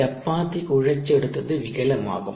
ചപ്പാത്തി കുഴച്ചെടുത്തത് വികലമാകും